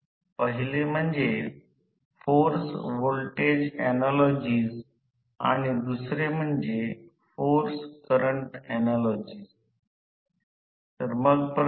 हे सर्व पॅरामीटर्स या बाजूने विभाजित करतात s आता 1 ते 1 आहे हे सर्व बाजू विभाजित s चे आहे